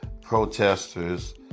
Protesters